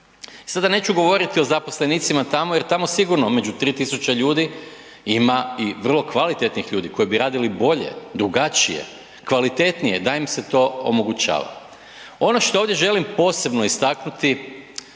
Sada neću govoriti o zaposlenicima tamo jer tamo sigurno među 3000 ljudi ima i vrlo kvalitetnih ljudi koji bi radili bolje, drugačije, kvalitetnije da im se to omogućava. Ono što želim ovdje posebno istaknuti